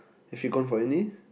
have you gone for any